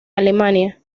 alemania